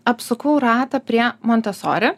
apsukau ratą prie montesori